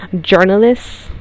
Journalists